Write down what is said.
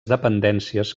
dependències